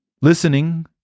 Listening